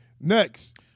Next